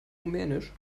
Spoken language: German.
rumänisch